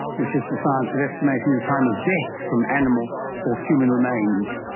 which is the science of estimating the time of death from animal or human remains.